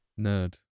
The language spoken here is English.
Nerd